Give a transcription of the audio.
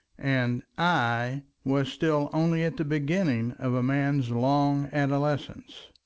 and i was still only at the beginning of a man's long adolescence.